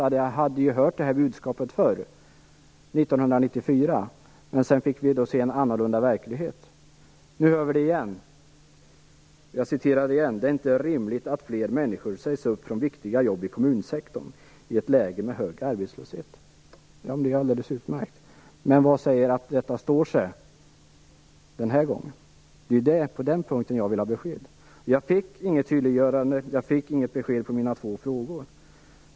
Jag hade ju hört det här budskapet förr, 1994, men sedan fick vi se en annorlunda verklighet. Nu hör vi det igen. Jag citerar: "Det är inte heller rimligt att fler människor sägs upp från viktiga jobb i kommunsektorn i ett läge med hög arbetslöshet." Det är alldeles utmärkt, men vad säger att detta står sig den här gången? Det är på den punkten jag vill ha besked. Jag fick inget tydliggörande, jag fick inget besked som svar på mina två frågor.